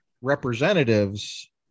representatives